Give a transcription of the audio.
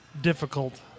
difficult